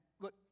look